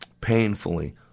painfully